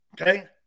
Okay